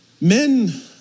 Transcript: men